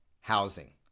housing